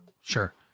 Sure